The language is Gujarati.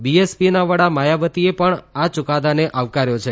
બીએસપીના વડા માયાવતીએ પણ યૂકાદાને આવકાર્યો છે